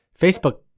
Facebook